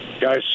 guys